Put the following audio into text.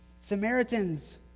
Samaritans